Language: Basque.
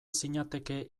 zinateke